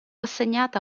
assegnata